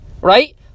Right